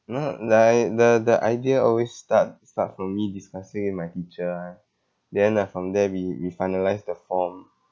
you know like the the idea always start start from me discussing with my teacher ah then uh from there we we finalise the form